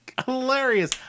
hilarious